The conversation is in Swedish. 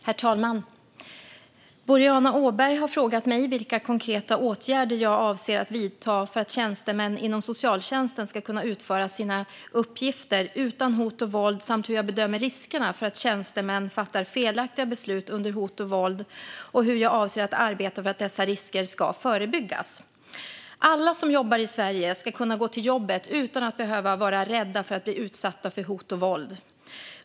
Herr talman! Boriana Åberg har frågat mig vilka konkreta åtgärder jag avser att vidta för att tjänstemän inom socialtjänsten ska kunna utföra sina uppgifter utan hot och våld samt hur jag bedömer riskerna för att tjänstemän fattar felaktiga beslut under hot och våld och hur jag avser att arbeta för att dessa risker ska förebyggas. Alla som jobbar i Sverige ska kunna gå till jobbet utan att behöva vara rädda för att bli utsatta för hot och våld.